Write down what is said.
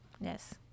Yes